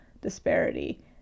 disparity